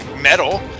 metal